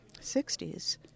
60s